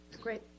great